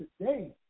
today